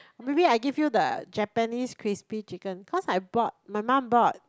maybe I give you the Japanese crispy chicken cause I bought my mum bought